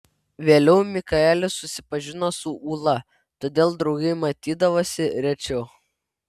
vėliau mikaelis susipažino su ūla todėl draugai matydavosi rečiau